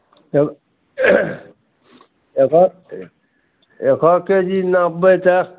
तऽ एकहक एकहक के जी नापबै तऽ